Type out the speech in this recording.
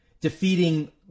defeating